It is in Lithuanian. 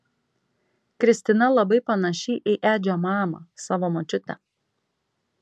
kristina labai panaši į edžio mamą savo močiutę